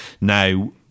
Now